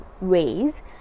ways